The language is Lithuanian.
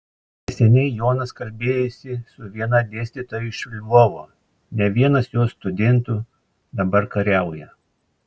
neseniai jonas kalbėjosi su viena dėstytoja iš lvovo ne vienas jos studentų dabar kariauja